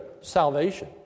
salvation